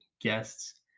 guests